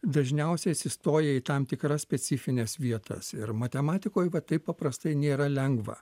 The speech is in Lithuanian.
dažniausiai atsistoja į tam tikras specifines vietas ir matematikoj va taip paprastai nėra lengva